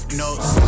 notes